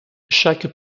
chaque